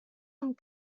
amb